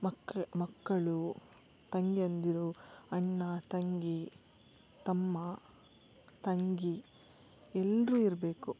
ಮಕ್ಳು ಮಕ್ಕಳು ತಂಗಿಯಂದಿರು ಅಣ್ಣ ತಂಗಿ ತಮ್ಮ ತಂಗಿ ಎಲ್ಲರು ಇರಬೇಕು